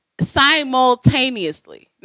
simultaneously